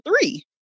three